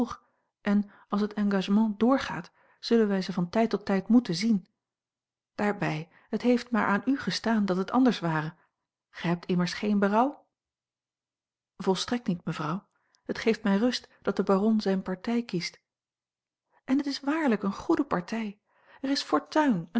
en als het engagement doorgaat zullen wij ze van tijd tot tijd moeten zien daarbij het heeft maar aan u gestaan dat het anders ware gij hebt immers geen berouw volstrekt niet mevrouw het geeft mij rust dat de baron zijne partij kiest en het is waarlijk eene goede partij er is fortuin